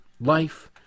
life